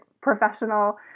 professional